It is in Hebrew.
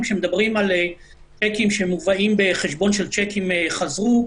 כשמדברים על צדקים שמובאים בחשבון של שיקים שחזרו,